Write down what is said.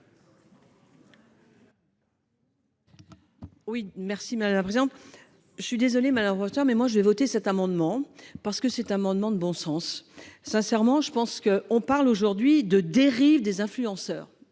Oui merci madame la présidente. Je suis désolée madame Brochard mais moi je vais voter cet amendement parce que cet amendement de bon sens. Sincèrement, je pense que on parle aujourd'hui de dérive des influenceurs